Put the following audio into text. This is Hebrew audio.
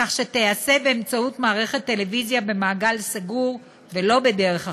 כך שתיעשה באמצעות מערכת טלוויזיה במעגל סגור ולא בדרך אחרת.